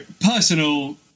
personal